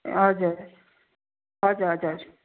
हजुर हजुर हजुर